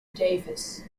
davis